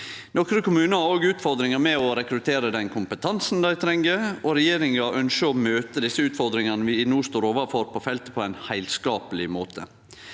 Nokre kommunar har òg utfordringar med å rekruttere kompetansen dei treng. Regjeringa ønskjer å møte desse utfordringane vi står overfor på feltet, på ein heilskapleg måte.